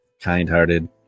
Kind-hearted